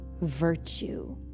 virtue